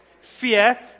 fear